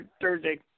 Thursday